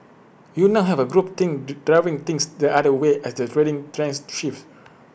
you now have group think driving things the other way as the trading trends shifts